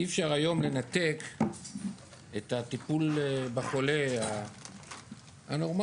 אי אפשר היום לנתק את הטיפול בחולה הנורמאלי,